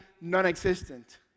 non-existent